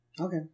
Okay